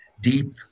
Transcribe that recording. deep